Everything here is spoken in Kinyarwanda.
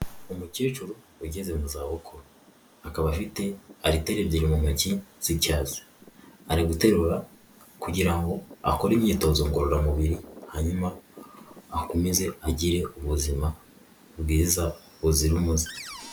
Umukecuru ugeze mu zabukuru, akaba afite alitere ebyiri mu ntoki z'icyatsi. Ari guterura kugira ngo akore imyitozo ngororamubiri hanyuma akomeze agire ubuzima bwiza buzira umuze.